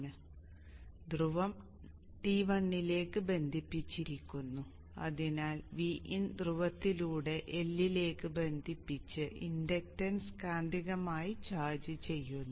ഇപ്പോൾ പറയട്ടെ ധ്രുവം T1 ലേക്ക് ബന്ധിപ്പിച്ചിരിക്കുന്നു അതിനാൽ Vin ധ്രുവത്തിലൂടെ L ലേക്ക് ബന്ധിപ്പിച്ച് ഇൻഡക്റ്റൻസ് കാന്തികമായി ചാർജ് ചെയ്യുന്നു